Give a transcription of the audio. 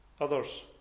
others